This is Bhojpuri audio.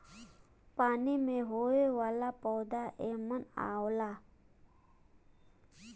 पानी में होये वाला पौधा एमन आवला